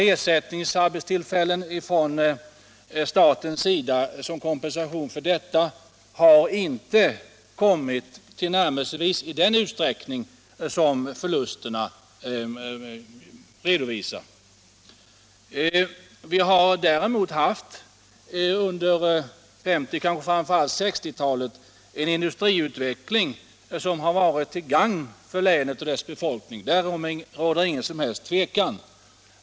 Ersättningsarbetstillfällen genom statens försorg som kompensation för detta har inte kommit i tillnärmelsevis den utsträckning som motsvarar de förluster som redovisats. Vi har däremot under 1950-talet och kanske framför allt under 1960-talet haft en industriutveckling som varit till gagn för länet och dess befolkning — därom råder inget som helst tvivel.